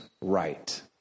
right